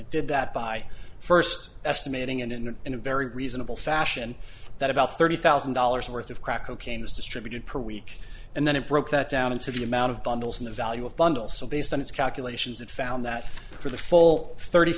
it did that by first estimating in an in a very reasonable fashion that about thirty thousand dollars worth of crack cocaine was distributed per week and then it broke that down into the amount of bundles in the value of bundle so based on its calculations it found that for the full thirty